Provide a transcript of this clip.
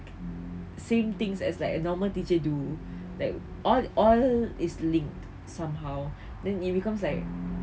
same things as like a normal teacher do like all all is linked somehow then it becomes like